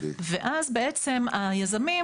ואז בעצם היזמים,